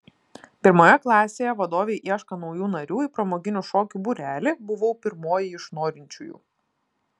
pirmoje klasėje vadovei ieškant naujų narių į pramoginių šokių būrelį buvau pirmoji iš norinčiųjų